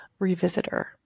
revisitor